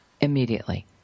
immediately